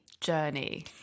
journey